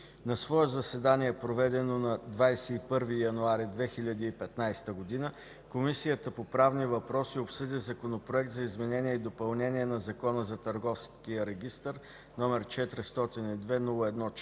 На свое заседание, проведено на 21 януари 2015 г., Комисията по правни въпроси обсъди законопроект за изменение и допълнение на Закона за Търговския регистър, № 402-01-14,